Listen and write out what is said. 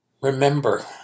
Remember